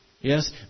Yes